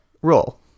Roll